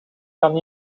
kan